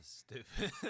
stupid